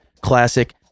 classic